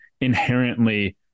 inherently